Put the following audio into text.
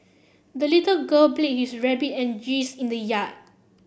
the little girl played with her rabbit and geese in the yard